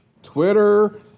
Twitter